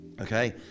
Okay